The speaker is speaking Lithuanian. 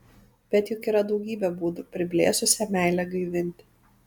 bet juk yra daugybė būdų priblėsusią meilę gaivinti